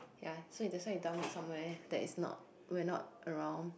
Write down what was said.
ya so it that's why you dump it somewhere that is not we're not around